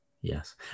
Yes